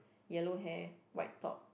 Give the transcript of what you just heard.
yellow hair white top